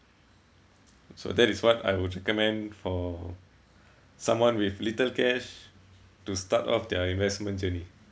so that is what I would recommend for someone with little cash to start off their investment journey